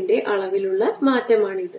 നിന്ന് പുറത്തുപോകാൻ എടുക്കുന്നു